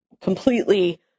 completely